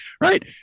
right